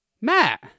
Matt